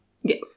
yes